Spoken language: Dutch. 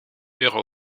euro